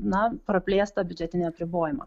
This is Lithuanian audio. na praplėstą biudžetinį apribojimą